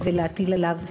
ולהטיל עליו סנקציות.